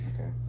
Okay